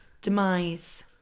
demise